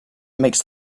makes